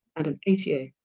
and an asia,